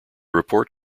report